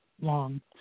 long